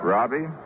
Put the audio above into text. Robbie